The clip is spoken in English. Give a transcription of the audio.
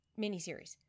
miniseries